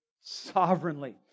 sovereignly